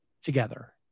together